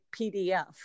PDF